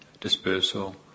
dispersal